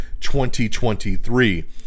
2023